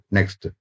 Next